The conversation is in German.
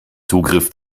zugriff